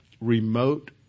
remote